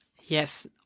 Yes